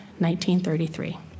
1933